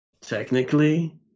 Technically